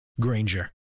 Granger